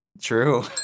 True